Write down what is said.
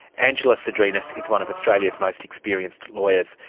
angela sydrinis is one of australia's most experienced lawyers.